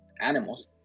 animals